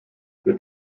für